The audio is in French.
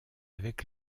avec